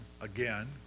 again